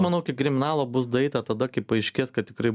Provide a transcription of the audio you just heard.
manau iki kriminalo bus daeita tada kai paaiškės kad tikrai